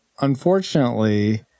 unfortunately